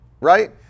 right